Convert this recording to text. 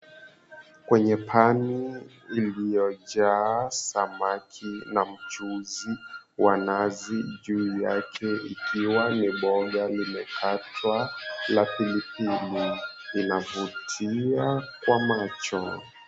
Kwenye pani iliyojaa samaki na mchuzi wa nazi juu yake, ikiwa ni mboga limekatwa la pilipili. Inavutia kwa macho.